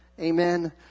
Amen